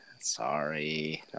Sorry